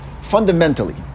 Fundamentally